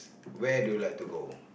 where do you like to go